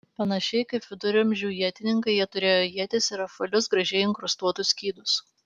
panašiai kaip viduramžių ietininkai jie turėjo ietis ir apvalius gražiai inkrustuotus skydus